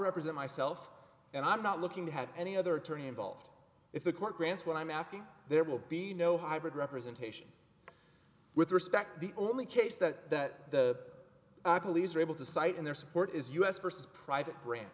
represent myself and i'm not looking to have any other attorney involved if the court grants what i'm asking there will be no hybrid representation with respect the only case that the police are able to cite in their support is u s versus private gran